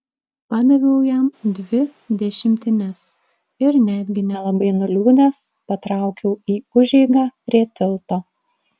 padaviau jam dvi dešimtines ir netgi nelabai nuliūdęs patraukiau į užeigą prie tilto